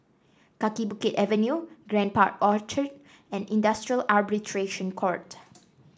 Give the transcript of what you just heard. Kaki Bukit Avenue Grand Park Orchard and Industrial Arbitration Court